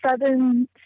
southern